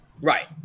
right